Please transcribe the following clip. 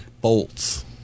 bolts